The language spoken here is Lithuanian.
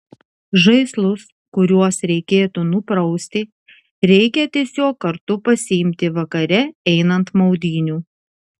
žaislus kuriuos reikėtų nuprausti reikia tiesiog kartu pasiimti vakare einant maudynių